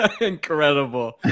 Incredible